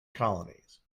colonies